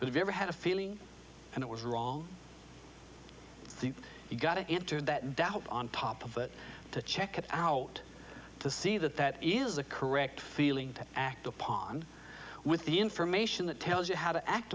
you ever had a feeling and it was wrong you've got to enter that doubt on top of it to check it out to see that that is a correct feeling to act upon with the information that tells you how to act